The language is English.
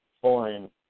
foreign